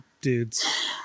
dudes